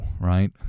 right